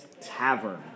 tavern